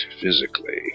physically